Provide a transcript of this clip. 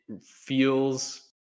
feels